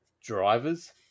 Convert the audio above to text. drivers